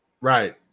Right